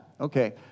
Okay